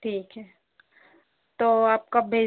ठीक है तो आप कब भेज